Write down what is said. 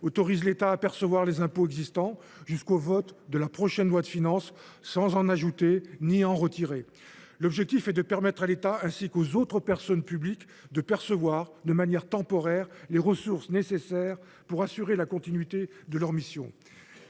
autorise l’État à percevoir les impôts existants jusqu’au vote de la prochaine loi de finances, sans en ajouter ni en retirer. L’objectif est de permettre à l’État, ainsi qu’aux autres personnes publiques, de percevoir de manière temporaire les ressources nécessaires pour assurer la continuité de leurs missions.